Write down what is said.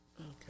Okay